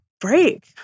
break